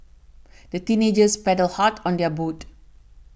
the teenagers paddled hard on their boat